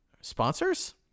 sponsors